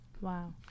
Wow